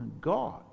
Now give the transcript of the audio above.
God